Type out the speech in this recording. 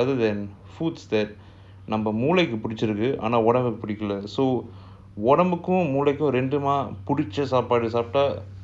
rather than foods that நம்மமூளைக்குபிடிச்சிருக்குஆனாஉடம்புக்குபிடிக்கல:namma moolaiku pidichirukku aana udambukku pidikala so உடம்புக்கும்மூளைக்கும்ரெண்டுக்குமாபிடிச்சசாப்பாடுசாப்ட்டா:udambukkum moolaikum rendukuma pidicha sapadu sapta